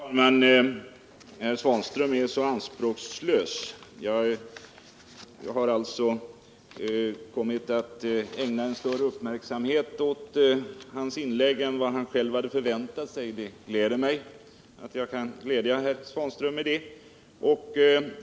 Herr talman! Ivan Svanström är så anspråkslös. Jag har alltså kommit att ägna större uppmärksamhet åt hans inlägg än vad han själv hade förväntat sig. Det gläder mig att jag kan glädja herr Svanström med det.